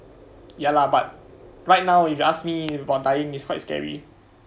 ya lah but right now if you ask me about dying is quite scary